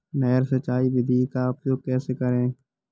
नहर सिंचाई विधि का उपयोग कैसे करें?